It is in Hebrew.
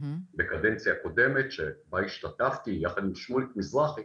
בקדנציה קודמת שבה השתתפתי יחד עם שמוליק מזרחי,